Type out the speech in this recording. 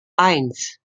eins